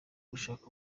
gushaka